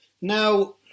now